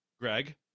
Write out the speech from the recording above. Greg